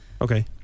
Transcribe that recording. Okay